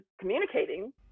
communicating